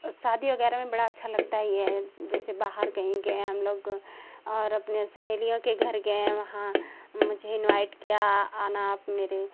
शादी वगैरह में बड़ा अच्छा लगता है येय जैसे बाहर कहीं गए हम लोग और अपने सहेलियों के घर गए वहाँ मुझे इन्वाइट किया आना आप मेरे